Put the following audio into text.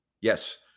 Yes